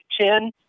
Ten